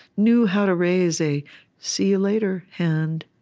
knew how to raise a see-you-later hand.